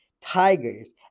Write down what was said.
Tigers